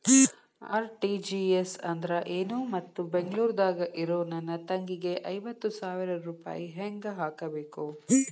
RTGS ಅಂದ್ರ ಏನು ಮತ್ತ ಬೆಂಗಳೂರದಾಗ್ ಇರೋ ನನ್ನ ತಂಗಿಗೆ ಐವತ್ತು ಸಾವಿರ ರೂಪಾಯಿ ಹೆಂಗ್ ಹಾಕಬೇಕು?